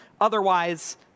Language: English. Otherwise